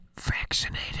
vaccinated